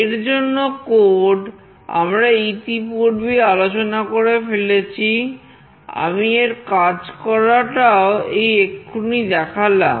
এর জন্য কোড আমরা ইতিপূর্বেই আলোচনা করে ফেলেছি আমি এর কাজ করাটাও এই এক্ষুনি দেখালাম